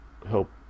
help